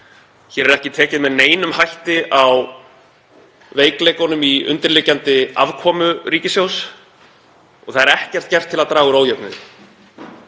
Hér er ekki tekið með neinum hætti á veikleikunum í undirliggjandi afkomu ríkissjóðs. Það er ekkert gert til að draga úr ójöfnuði.